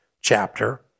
chapter